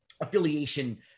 affiliation